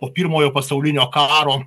po pirmojo pasaulinio karo